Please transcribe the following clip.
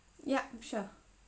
yup sure